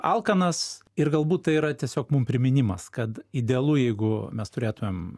alkanas ir galbūt tai yra tiesiog mum priminimas kad idealu jeigu mes turėtumėm